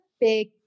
big